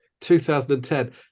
2010